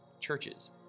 churches